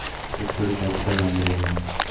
Fixed capital ಅಂದ್ರೇನು?